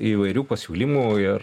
įvairių pasiūlymų ir